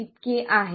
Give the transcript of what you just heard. इतके आहे